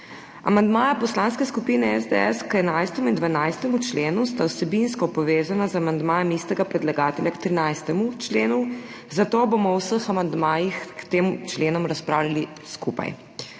Amandmaja Poslanske skupine SDS k 11. in 12. členu sta vsebinsko povezana z amandmajem istega predlagatelja k 13. členu, zato bomo o vseh amandmajih k tem členom razpravljali skupaj.